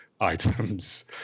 items